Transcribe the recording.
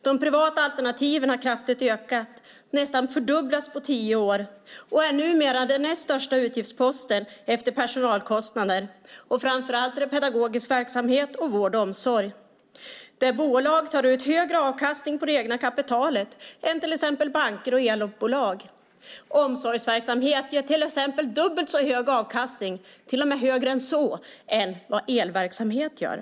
De privata alternativen har kraftigt ökat, nästan fördubblats på tio år och är numera den näst största utgiftsposten efter personalkostnader. Framför allt gäller det pedagogisk verksamhet och vård och omsorg. Bolag tar ut högre avkastning på det egna kapitalet än till exempel banker och elbolag. Omsorgsverksamhet ger till exempel dubbelt så hög avkastning, till och med högre än så, än vad elverksamhet gör.